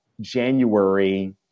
January